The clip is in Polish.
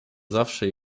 zawsze